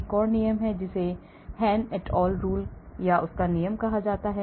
एक और नियम है जिसे Hann et al rule नियम कहा जाता है